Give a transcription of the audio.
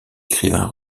écrivains